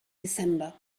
december